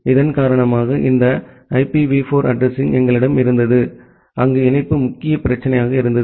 இதன் காரணமாக இந்த ஐபிவி 4 அட்ரஸிங் எங்களிடம் இருந்தது அங்கு இணைப்பு முக்கிய பிரச்சினையாக இருந்தது